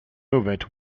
movement